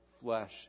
flesh